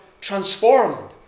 transformed